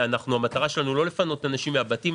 המטרה שלנו לא לפנות אנשים מן הבתים,